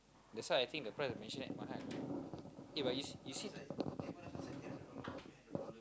that's why I think the price of mansionette mahal eh but you you see